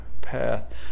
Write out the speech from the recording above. path